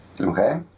Okay